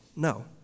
No